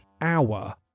hour